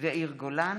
ויאיר גולן